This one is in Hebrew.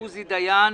עוזי דיין